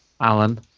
Alan